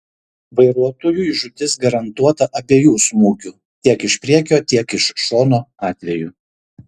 vairuotojui žūtis garantuota abiejų smūgių tiek iš priekio tiek iš šono atveju